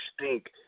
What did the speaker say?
stink